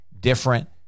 different